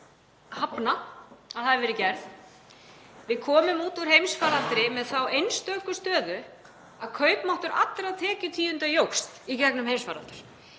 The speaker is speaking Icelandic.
hafna að hafi verið gerð. Við komum út úr heimsfaraldri með þá einstöku stöðu að kaupmáttur allra tekjutíunda jókst í gegnum heimsfaraldur.